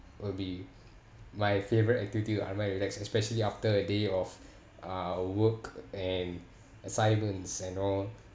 will be my favourite activity to unwind relax especially after a day of uh work and assignments and all